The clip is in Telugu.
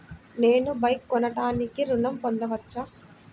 నేను బైక్ కొనటానికి ఋణం పొందవచ్చా?